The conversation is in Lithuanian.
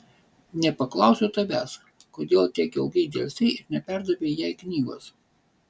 nepaklausiau tavęs kodėl tiek ilgai delsei ir neperdavei jai knygos